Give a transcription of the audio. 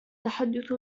تحدث